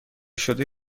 شده